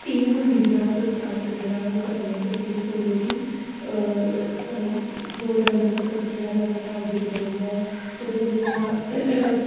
तेज होंदी जिसले अस तराटक जेह्ड़ा ओह् करने आं सवेबरे सवेरे सूर्य गी दो त्रै मिन्ट जेह्ड़ा ऐ लगातार दिखदे रौह्न्ने आं ओहदे कन्नै साढ़ा